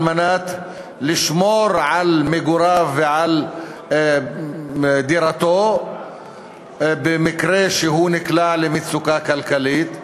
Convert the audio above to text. על מנת לשמור על מגוריו ועל דירתו במקרה שהוא נקלע למצוקה כלכלית,